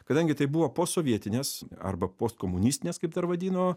kadangi tai buvo posovietinės arba postkomunistinės kaip dar vadino